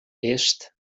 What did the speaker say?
est